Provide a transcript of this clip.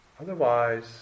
Otherwise